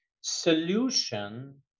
solution